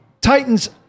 Titans